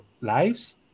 lives